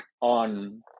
on